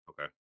okay